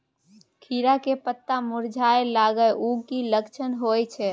खीरा के पत्ता मुरझाय लागल उ कि लक्षण होय छै?